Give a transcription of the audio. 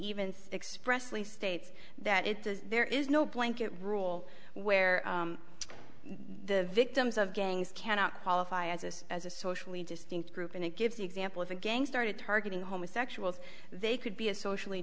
even expressly states that it is there is no blanket rule where the victims of gangs cannot qualify as us as a socially distinct group and it gives the example of a gang started targeting homosexuals they could be a socially